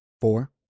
Four